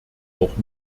auch